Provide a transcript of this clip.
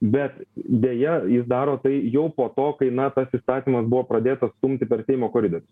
bet deja jis daro tai jau po to kai na tas įstatymas buvo pradėtas stumti per seimo koridorius